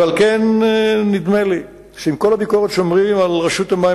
ועל כן נדמה לי שעם כל הביקורת שאומרים על רשות המים,